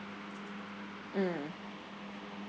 mm